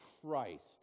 Christ